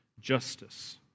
justice